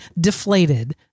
deflated